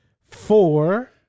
Four